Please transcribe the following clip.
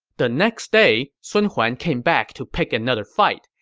the next day, sun huan came back to pick another fight,